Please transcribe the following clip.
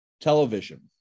television